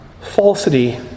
falsity